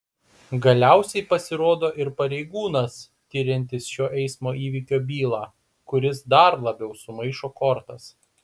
galiausiai pasirodo ir pareigūnas tiriantis šio eismo įvykio bylą kuris dar labiau sumaišo kortas